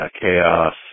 Chaos